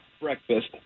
breakfast